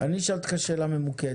אני אשאל אותך שאלה ממוקדת,